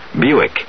Buick